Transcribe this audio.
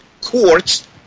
courts